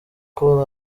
col